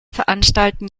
veranstalten